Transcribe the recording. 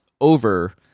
over